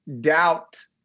doubt